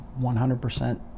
100%